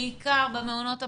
בעיקר במעונות הפרטיים,